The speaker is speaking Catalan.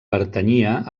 pertanyia